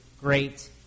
great